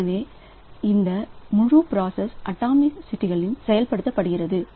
எனவே இந்த முழு பிராசஸ் அட்டாமிக் களி செயல்படுத்தப்படுகிறது